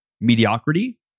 mediocrity